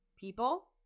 People